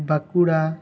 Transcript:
Bankura